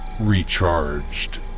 recharged